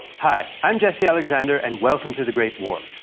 hi, i'm jesse alexander and welcome to the great war.